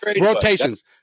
rotations